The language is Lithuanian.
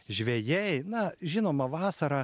žvejai na žinoma vasarą